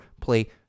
play